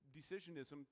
decisionism